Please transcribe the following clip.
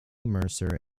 mercer